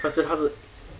可是它是